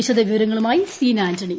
വിശദവിവരങ്ങളുമായി സീനാ ആന്റണി